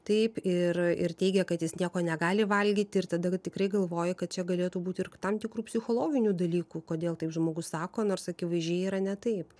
taip ir ir teigia kad jis nieko negali valgyti ir tada tikrai galvoji kad čia galėtų būti ir tam tikrų psichologinių dalykų kodėl taip žmogus sako nors akivaizdžiai yra ne taip jūs